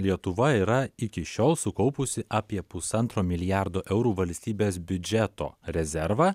lietuva yra iki šiol sukaupusi apie pusantro milijardo eurų valstybės biudžeto rezervą